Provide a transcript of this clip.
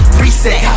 reset